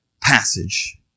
passage